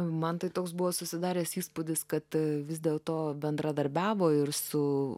man tai toks buvo susidaręs įspūdis kad vis dėlto bendradarbiavo ir su